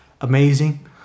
amazing